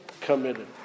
committed